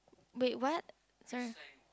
wait what